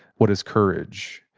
what is courage.